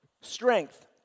strength